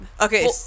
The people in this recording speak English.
okay